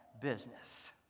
business